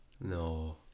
no